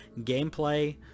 Gameplay